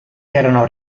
erano